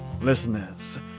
Listeners